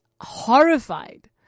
horrified